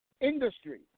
industry